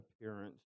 appearance